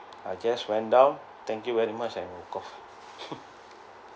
I just went down thank you very much and walk off